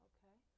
Okay